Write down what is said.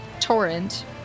torrent